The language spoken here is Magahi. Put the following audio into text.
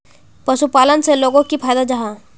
पशुपालन से लोगोक की फायदा जाहा?